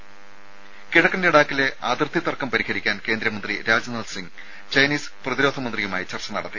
ത കിഴക്കൻ ലഡാക്കിലെ അതിർത്തി തർക്കം പരിഹരിക്കാൻ കേന്ദ്രമന്ത്രി രാജ്നാഥ് സിംഗ് ചൈനീസ് പ്രതിരോധമന്ത്രിയുമായി ചർച്ച നടത്തി